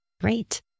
Great